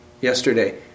yesterday